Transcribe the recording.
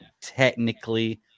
technically